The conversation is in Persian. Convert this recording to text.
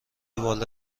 بالا